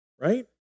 right